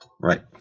Right